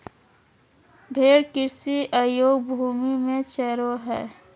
भेड़ कृषि अयोग्य भूमि में चरो हइ